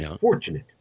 fortunate